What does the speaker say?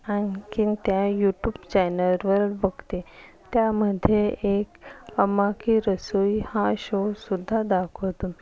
आणखीन त्या यूट्यूब चॅनलवर बघते त्यामध्ये एक अम्मा की रसोई हा शोसुद्धा दाखवतात